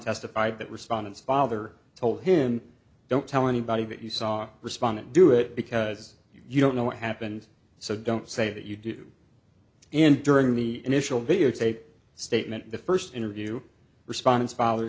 testified that respondents father told him don't tell anybody that you saw respondent do it because you don't know what happened so don't say that you do and during the initial videotaped statement the first interview respondents father